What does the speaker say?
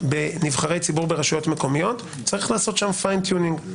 בנבחרי ציבור ברשויות מקומיות יש לעשות שם פיין טיונינג.